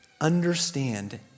understand